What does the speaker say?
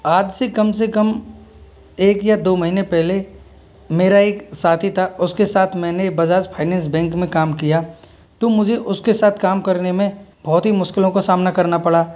आज से कम से कम एक या दो महीने पहले मेरा एक साथी था उसके साथ मैंने बजाज फाइनेंस बैंक में काम किया तो मुझे उसके साथ काम करने में बहुत ही मुश्किलों का सामना करना पड़ा